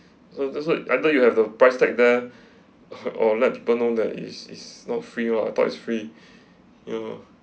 so that's why either you have the price tag then or let people know that it's it's not free lah I thought it's free you know